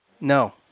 No